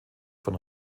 von